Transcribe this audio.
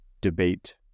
debate